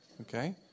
okay